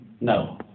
No